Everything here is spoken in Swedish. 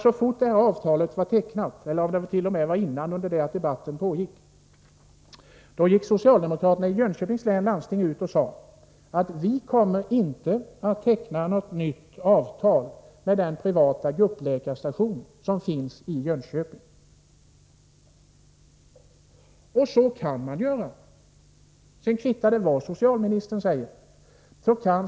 Så fort detta avtal var tecknat — eller t.o.m. innan, medan debatten pågick — gick socialdemokraterna i Jönköpings läns landsting ut och sade att de inte kommer att teckna något nytt avtal med den privata gruppläkarstation som finns i Jönköping. Och så kan man göra. Sedan kvittar det vad socialministern säger.